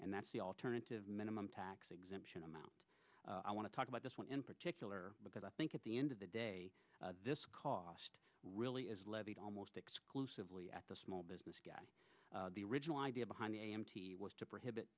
and that's the alternative minimum tax exemption amount i want to talk about this one in particular because i think at the end of the day this cost really is levied almost exclusively at the small business guy the riginal idea behind the a m t was to prohibit